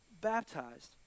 baptized